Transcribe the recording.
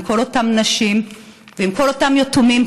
עם כל אותן נשים ועם כל אותם יתומים,